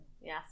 Yes